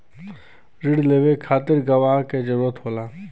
रिण लेवे के खातिर गवाह के जरूरत होला